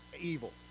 evil